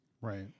Right